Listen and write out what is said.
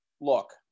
look